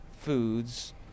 foods